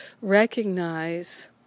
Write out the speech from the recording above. recognize